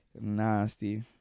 Nasty